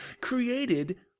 created